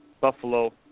Buffalo